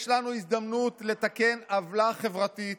יש לנו הזדמנות לתקן עוולה חברתית